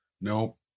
Nope